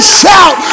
shout